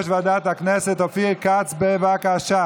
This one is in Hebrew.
של פעיל טרור שמקבל תגמול עבור ביצוע מעשה